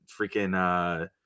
freaking